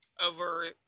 over